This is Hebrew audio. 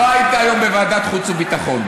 לא היית היום בוועדת חוץ וביטחון,